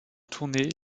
tournée